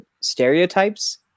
stereotypes